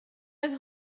oedd